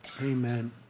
Amen